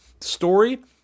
story